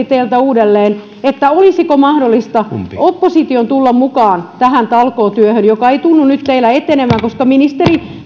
teiltä uudelleen olisiko mahdollista opposition tulla mukaan tähän talkootyöhön joka ei tunnu nyt teillä etenevän koska ministeri